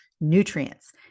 nutrients